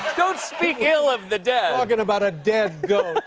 don't speak ill of the dead. talking about a dead goat,